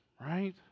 right